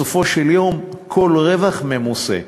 בסופו של דבר כל רווח ממוסה,